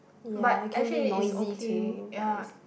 but actually it's okay ya